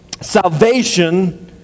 salvation